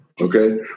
Okay